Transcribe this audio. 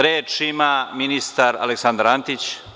Reč ima ministar Aleksandar Antić.